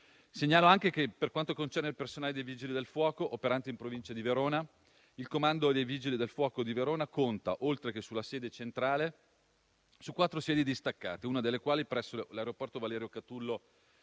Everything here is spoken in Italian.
Segnalo anche che, per quanto concerne il personale dei Vigili del fuoco operanti in provincia di Verona, il comando dei Vigili del fuoco di Verona conta, oltre che sulla sede centrale, su quattro sedi distaccate, una delle quali presso l'aeroporto Valerio Catullo